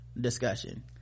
discussion